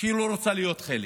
שהיא לא רוצה להיות חלק,